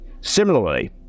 Similarly